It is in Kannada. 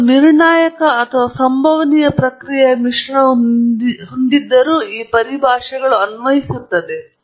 ನೀವು ನಿರ್ಣಾಯಕ ಮತ್ತು ಸಂಭವನೀಯ ಪ್ರಕ್ರಿಯೆಯ ಮಿಶ್ರಣವನ್ನು ಹೊಂದಿದ್ದರೂ ಈ ಪರಿಭಾಷೆಗಳು ಅನ್ವಯಿಸುತ್ತವೆ